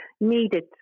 needed